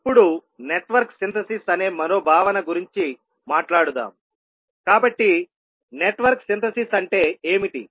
ఇప్పుడు network synthesis అనే మరో భావన గురించి మాట్లాడుదాం కాబట్టి నెట్వర్క్ సింథసిస్ అంటే ఏమిటి